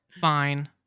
Fine